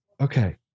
okay